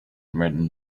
written